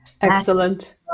Excellent